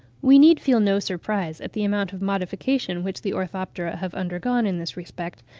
we need feel no surprise at the amount of modification which the orthoptera have undergone in this respect,